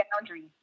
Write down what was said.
boundaries